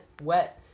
wet